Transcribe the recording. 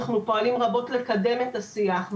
אנחנו פועלים רבות לקדם את השיח,